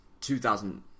2000